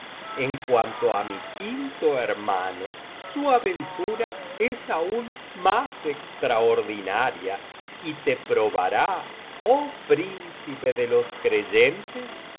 en cuanto á mi quinto hermano su aventura es aún más extraordinaria y te probará oh príncipe de